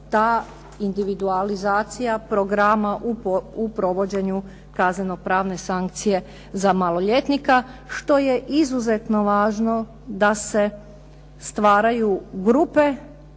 ta individualizacija programa u provođenju kaznenopravne sankcije za maloljetnika, što je izuzetno važno da se stvaraju grupe